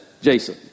Jason